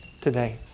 today